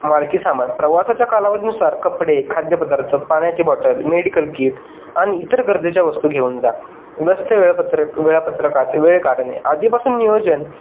मालकी सामान प्रवासाच्या कालावधीनुसार कपडे खाद्यपदार्थ पाण्याचे बॉटल मेडिकल कीट आणि इतर गरजेच्या वस्तू घेऊन जा व्यस्त वेळापत्रक वेळापत्रकात वेळ काढणे आधीपासून नियोजन